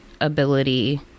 ability